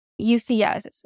UCS